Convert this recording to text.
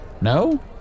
No